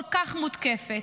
כל כך מותקפת.